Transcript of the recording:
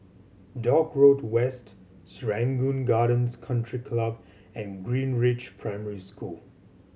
Dock Road West Serangoon Gardens Country Club and Greenridge Primary School